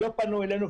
לא פנו אלינו,